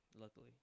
luckily